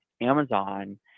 Amazon